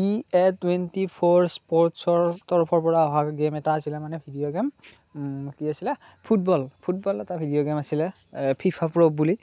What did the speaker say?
E A twenty four স্পৰ্টচৰ তৰফৰ পৰা অহা গেম এটা আছিলে মানে ভিডিঅ' গেম আছিলে ফুটবল ফুটবল এটা ভিডিঅ' গেম আছিলে ফিফা প্ৰ' বুলি